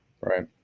right